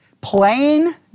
plain